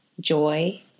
joy